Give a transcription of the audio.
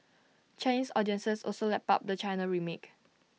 Chinese audiences also lapped up the China remake